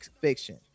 fiction